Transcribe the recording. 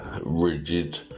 rigid